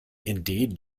indeed